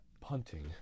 Punting